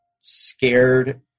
scared